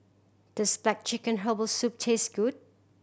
does black chicken herbal soup taste good